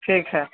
ठीक हइ